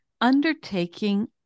undertaking